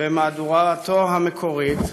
במהדורתו המקורית,